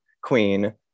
queen